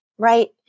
Right